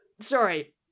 sorry